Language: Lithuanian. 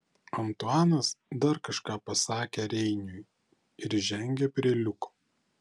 antuanas dar kažką pasakė reiniui ir žengė prie liuko